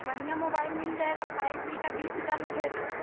बढ़िया मोबाइल मिल जाएगा फाइव जी का बीस हज़ार लगेगा